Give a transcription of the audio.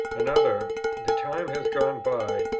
another the time has gone by,